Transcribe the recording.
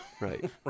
Right